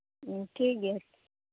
ᱴᱷᱤᱠ ᱜᱮᱭᱟ